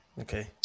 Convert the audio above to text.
Okay